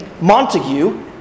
Montague